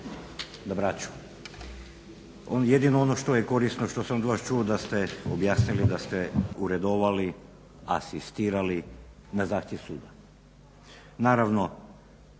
na Braču. Jedino ono što je korisno, što sam od vas čuo da ste objasnili da ste uredovali, asistirali na zahtjev suda. Naravno,